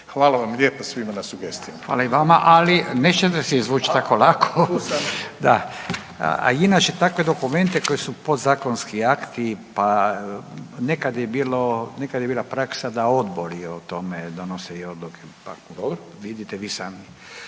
Hvala vam lijepa svima na sugestijama. **Radin, Furio (Nezavisni)** Ali nećete se izvući tako lako. Da, a inače takve dokumente koji su podzakonski akti, nekad je bila praksa da odbori o tome donose i odluke, pa vidite i vi sami.